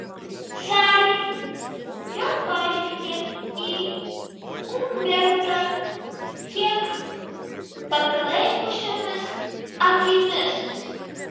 sari vėl pažvelgia į umbertą kiek paklaikusiomis akimis